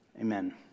Amen